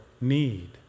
need